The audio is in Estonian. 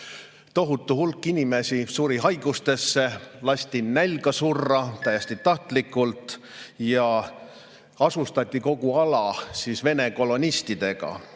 Tohutu hulk inimesi suri haigustesse, lasti nälga surra täiesti tahtlikult ja kogu ala asustati Vene kolonistidega.